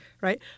right